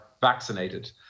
vaccinated